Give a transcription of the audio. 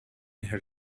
her